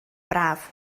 braf